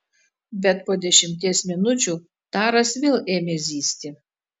bet po dešimties minučių taras vėl ėmė zyzti